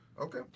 Okay